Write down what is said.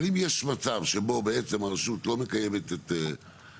אבל אם יש מצב שבו בעצם הרשות לא מקיימת את,